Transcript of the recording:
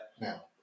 Now